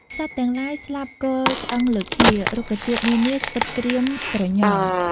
សត្វទាំងឡាយស្លាប់គរឆ្អឹងលើគ្នា រុក្ខជាតិនានាស្វិតក្រៀមក្រញ៉ង់។